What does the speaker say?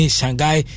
Shanghai